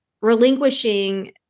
relinquishing